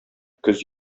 көз